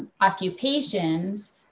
occupations